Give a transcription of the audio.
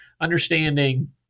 understanding